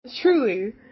Truly